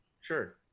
sure